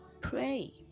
pray